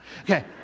Okay